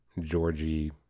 Georgie